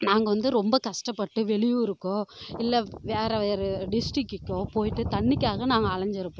நாங்கள் வந்து ரொம்ப கஷ்டப்பட்டு வெளியூருக்கோ இல்லை வேற ஒரு டிஸ்டிரிக்கிக்கோ போயிட்டு தண்ணீர்காக நாங்கள் அலைஞ்சிருப்போம்